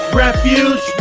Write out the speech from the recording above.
refuge